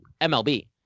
MLB